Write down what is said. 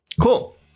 Cool